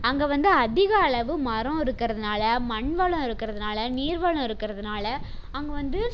அங்கே வந்து அதிக அளவு மரம் இருக்கிறதுனால மண் வளம் இருக்கிறதுனால நீர் வளம் இருக்கிறதுனால அங்கே வந்து